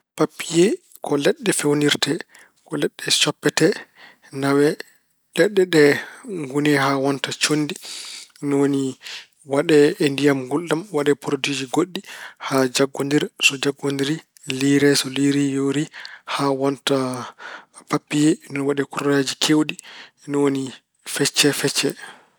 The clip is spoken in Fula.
Pappiye ko leɗɗe weewnirte. Ko leɗɗe coppete, nawe. Leɗɗe ɗe ngune haa wonta conndi. Ni woni waɗee e ndiyam ngulɗam, waɗee porodiiji goɗɗi haa jaggondira. So jaggondiri liire, so liiri yoori haa wonta pappiye. Ni woni waɗee kuleeraaji keewɗi. Ni woni fecce- fecce.